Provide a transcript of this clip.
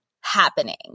happening